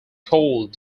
cold